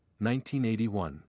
1981